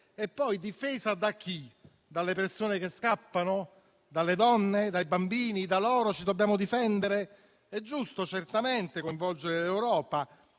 E poi difesa da chi? Dalle persone che scappano? Dalle donne e dai bambini ci dobbiamo difendere? È certamente giusto coinvolgere l'Europa,